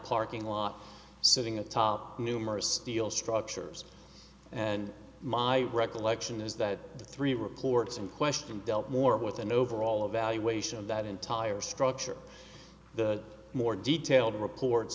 parking lot sitting atop numerous steel structures and my recollection is that the three reports in question dealt more with an overall evaluation of that entire structure the more detailed reports